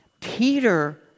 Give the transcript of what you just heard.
Peter